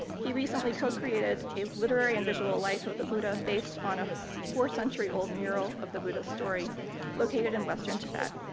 he recently co-created a literary and visual life of the buddha based on a four century old mural of the buddhist story located in western tibet,